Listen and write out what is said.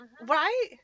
right